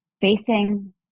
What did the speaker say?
facing